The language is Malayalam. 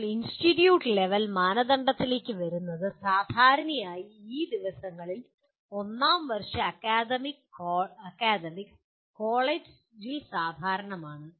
ഇപ്പോൾ ഇൻസ്റ്റിറ്റ്യൂട്ട് ലെവൽ മാനദണ്ഡത്തിലേക്ക് വരുന്നത് സാധാരണയായി ഈ ദിവസങ്ങളിൽ ഒന്നാം വർഷ അക്കാദമിക് കോളേജിൽ സാധാരണമാണ്